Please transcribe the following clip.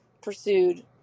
pursued